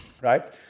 right